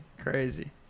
Crazy